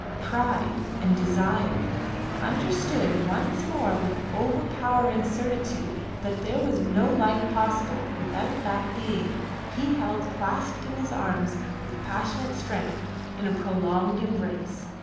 pride, and desire understood once more with overpowering certitude that there was no life possible without that being he held clasped in his arms with passionate strength in a prolonged embrace.